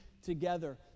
together